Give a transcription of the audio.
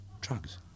drugs